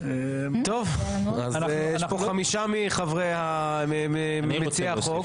יש פה חמישה ממציעי החוק.